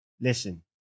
Listen